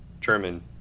German